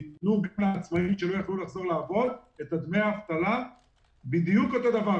יתנו לכלל העצמאיים שלא יכלו לחזור לעבוד את דמי האבטלה בדיוק אותו דבר,